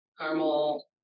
caramel